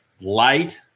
light